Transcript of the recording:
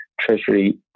treasury